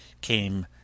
came